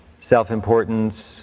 self-importance